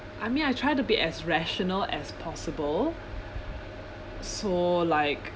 I mean I try to be as rational as possible so like